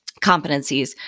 competencies